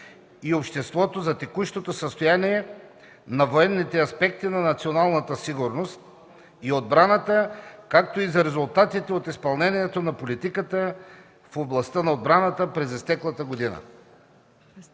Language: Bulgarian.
и обществото за текущото състояние на военните аспекти на националната сигурност и отбраната, както и за резултатите от изпълнението на политиката в областта на отбраната през изтеклата година.